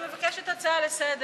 סליחה, אני מבקשת הצעה לסדר.